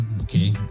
okay